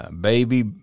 Baby